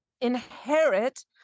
inherit